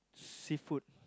seafood